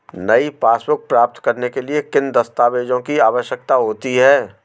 नई पासबुक प्राप्त करने के लिए किन दस्तावेज़ों की आवश्यकता होती है?